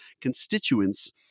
constituents